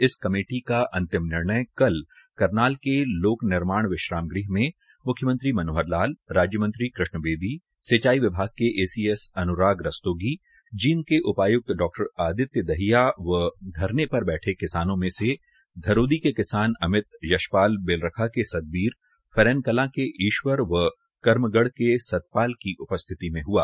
इस कमेटी का अंतिम निर्णय कल करनाल के लोक निर्माण विश्राम गृह में मुख्यमंत्री मनोहर लाल राज्यमंत्री कृष्ण बेदी सिंचाई विभाग के एसीएस अन्राग रस्तोगी जींद के उपाय्क्त डा॰ आदित्य दहिया व धरने पर बैठे किसानों में से धरोदी के किसान अमित यशपाल बेलरखा के सतबीर फरैनकलां के ईश्वर व कर्मगढ़ के सतपाल की उपस्थिति में हआ